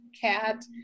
cat